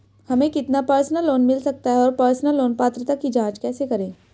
हमें कितना personal loan मिल सकता है और पर्सनल लोन पात्रता की जांच कैसे करें?